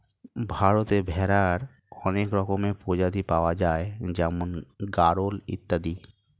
ভারতে ভেড়ার অনেক রকমের প্রজাতি পাওয়া যায় যেমন গাড়ল ইত্যাদি